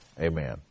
amen